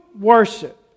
worship